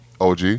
OG